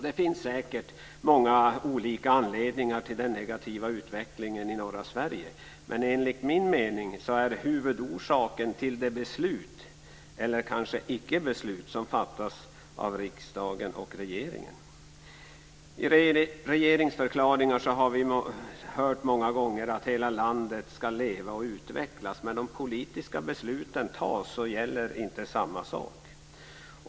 Det finns säkert många olika anledningar till den negativa utvecklingen i norra Sverige, men enligt min mening är huvudorsaken de beslut, eller kanske ickebeslut, som fattas av riksdagen och regeringen. I regeringsförklaringar har vi hört många gånger att hela landet ska leva och utvecklas. Men när de politiska besluten fattas så gäller inte samma sak.